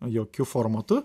jokiu formatu